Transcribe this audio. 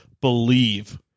believe